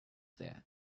there